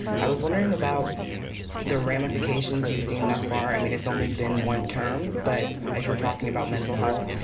i was wondering about the ramifications you've seen thus far. i mean, it's only been one term. but as you were talking about mental health,